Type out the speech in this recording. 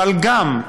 אבל גם,